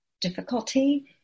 difficulty